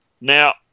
Now